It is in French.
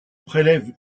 prélève